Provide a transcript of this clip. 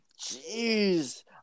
Jeez